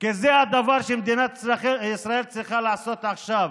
כי זה הדבר שמדינת ישראל צריכה לעשות עכשיו